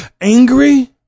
angry